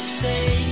say